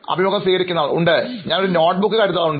അഭിമുഖം സ്വീകരിക്കുന്നയാൾ ഉണ്ട് ഞാൻ ഒരു നോട്ട്ബുക്ക് കരുതാറുണ്ട്